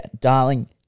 Darling